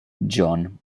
john